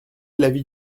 l’avis